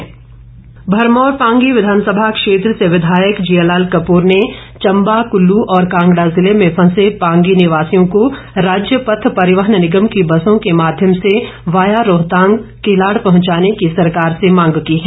जियालाल कपूर भरमौर पांगी विधानसभा क्षेत्र से विधायक जियालाल कपूर ने चंबा कुल्लू और कांगडा जिले में फंसे पांगी निवासियों को राज्य पथ परिवहन निगम की बसों के माध्यम से वाया रोहतांग किलाड़ पहुंचाने की सरकार से मांग की है